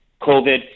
COVID